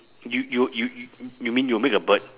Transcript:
you you you you mean you'll make a bird